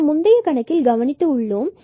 நாம் முந்தைய கணக்கில் கவனித்து உள்ளோம்